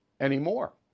anymore